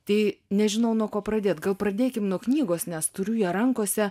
tai nežinau nuo ko pradėt gal pradėkim nuo knygos nes turiu ją rankose